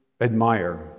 admire